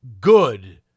good